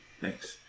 Thanks